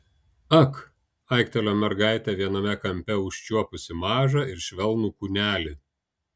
ak aiktelėjo mergaitė viename kampe užčiuopusi mažą ir švelnų kūnelį